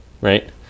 right